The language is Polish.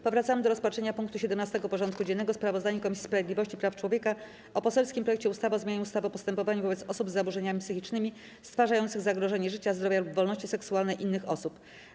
Powracamy do rozpatrzenia punktu 17. porządku dziennego: Sprawozdanie Komisji Sprawiedliwości i Praw Człowieka o poselskim projekcie ustawy o zmianie ustawy o postępowaniu wobec osób z zaburzeniami psychicznymi stwarzających zagrożenie życia, zdrowia lub wolności seksualnej innych osób.